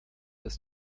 ist